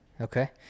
Okay